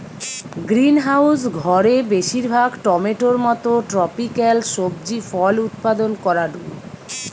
greenhouse ঘরে বেশিরভাগ টমেটোর মতো ট্রপিকাল সবজি ফল উৎপাদন করাঢু